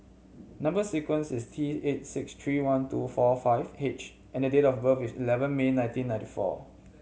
number sequence is T eight six three one two four five H and the date of birth is eleven May nineteen ninety four